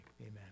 Amen